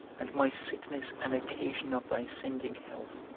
and my sickness an occasion of thy sending health.